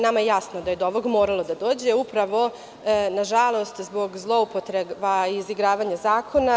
Nama je jasno da je do ovoga moralo da dođe, upravo, nažalost, zbog zloupotreba i izigravanja zakona.